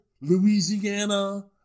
Louisiana